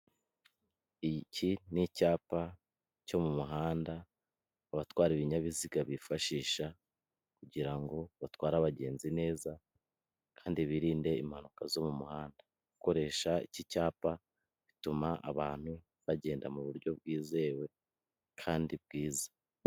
Iki ni icyapa cyo mu muhanda abatwara ibinyabiziga bifashisha kugira ngo batware abagenzi neza kandi birinde impanuka zo mu muhanda, gukoresha iki cyapa bituma abantu bagenda mu buryo bwizewe kandi bwiza.